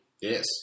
Yes